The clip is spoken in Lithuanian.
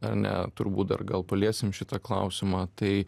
ar ne turbūt dar gal paliesim šitą klausimą tai